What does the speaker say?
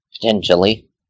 Potentially